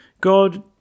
God